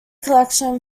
collection